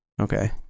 Okay